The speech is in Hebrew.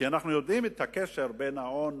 כי אנחנו יודעים את הקשר בין ההון